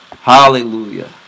Hallelujah